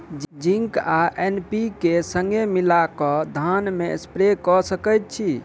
Zinc आ NPK, संगे मिलल कऽ धान मे स्प्रे कऽ सकैत छी की?